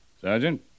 Sergeant